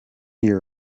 year